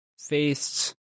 faced